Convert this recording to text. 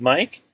Mike